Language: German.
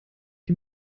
die